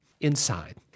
inside